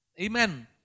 Amen